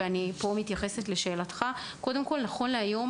לשאלת חבר הכנסת עטאונה,